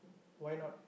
why not